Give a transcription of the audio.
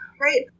right